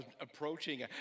approaching